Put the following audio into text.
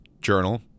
journal